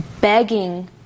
begging